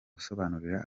gusobanurira